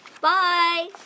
Bye